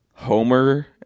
Homer